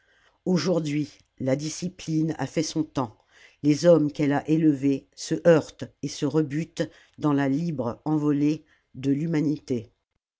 aujourd'hui la discipline a fait son temps les hommes qu'elle a élevés se heurtent et se rebutent dans la libre envolée de l'humanité